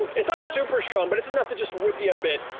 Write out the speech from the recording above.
it's not super strong, but it's enough to just whip you a bit